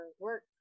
work